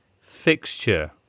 fixture